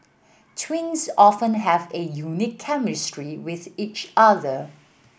twins often have a unique chemistry with each other